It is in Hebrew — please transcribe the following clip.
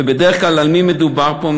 ובדרך כלל, על מי מדובר פה?